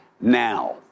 now